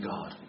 God